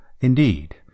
Indeed